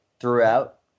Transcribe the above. Throughout